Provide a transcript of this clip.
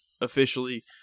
officially